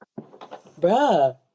Bruh